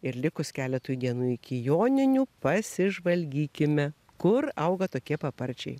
ir likus keletui dienų iki joninių pasižvalgykime kur auga tokie paparčiai